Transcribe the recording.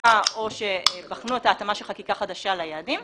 או שבחנו את ההתאמה של חקיקה חדשה ליעדים.